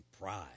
pride